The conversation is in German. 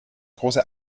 große